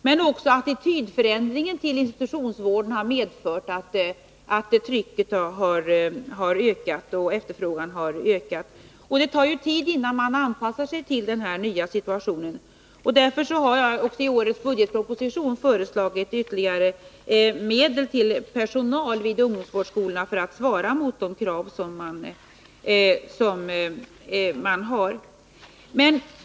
Men även ändringen av attityderna till institutionsvård har medfört att efterfrågan ökat. Det tar ju tid, innan man anpassar sig till den här nya situationen. Därför har jag också i årets budgetproposition föreslagit att det anslås ytterligare medel till personal vid ungdomsvårdsskolorna, för att man skall kunna uppfylla kraven.